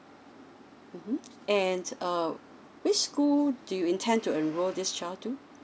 mmhmm and uh which school do you intend enrol this child to